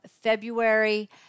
February